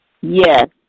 Yes